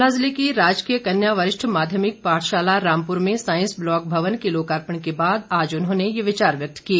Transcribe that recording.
शिमला जिले की राजकीय कन्या वरिष्ठ माध्यमिक पाठशाला रामपुर में सांईस ब्लॉक भवन के लोकार्पण के बाद आज उन्होंने ये विचार व्यक्त किए